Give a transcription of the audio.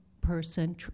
person